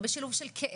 כשיש שוטרים במקום,